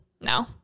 No